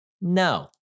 No